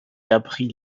apprit